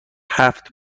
هفت